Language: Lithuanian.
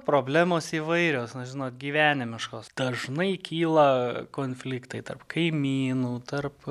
problemos įvairios na žinot gyvenimiškos dažnai kyla konfliktai tarp kaimynų tarp